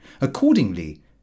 Accordingly